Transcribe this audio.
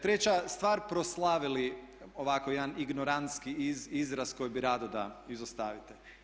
Treća stvar proslavili, ovako jedan ignorantski izraz koji bi rado da izostavite.